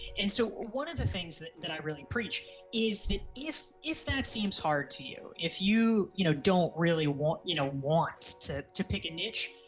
and so one of the things that that i really preach is if, if that seems hard to you, if you you know don't really want you know want to to pick a niche,